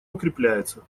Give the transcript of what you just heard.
укрепляется